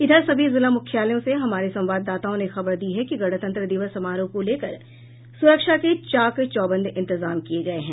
इधर सभी जिला मुख्यालयों से हमारे संवाददाताओं ने खबर दी है कि गणतंत्र दिवस समारोह को लेकर सुरक्षा के चाक चौबंद इंतजाम किये गये हैं